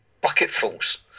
bucketfuls